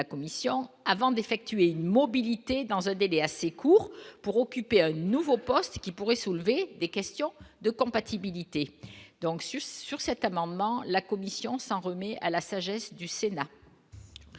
commission avant d'effectuer une mobilité dans un délai assez court pour occuper un nouveau poste qui pourrait soulever des questions de compatibilité donc sur sur cet amendement, la Commission s'en remet à la sagesse du Sénat.